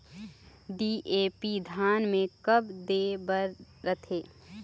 DAP धान मे कब दे बर रथे?